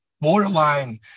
borderline